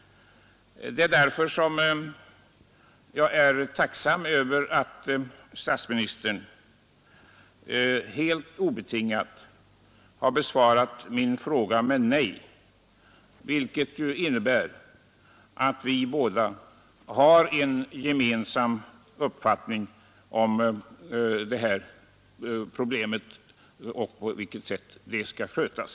Det är därför som jag är tacksam över att statsministern obetingat har besvarat min fråga med nej, vilket ju innebär att vi båda har en gemensam uppfattning om detta problem och på vilket sätt det skall skötas.